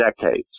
decades